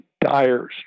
dire